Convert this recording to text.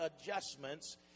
adjustments